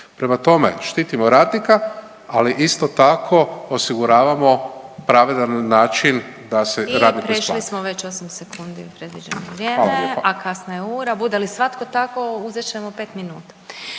Prema tome, štitimo radnika, ali isto tako, osiguravamo pravedan način da se radnik isplati. **Glasovac, Sabina (SDP)** I prešli smo već 8 sekundi predviđeno vrijeme, a kasna je ura, bude li svatko tako, uzet ćemo 5 minuta.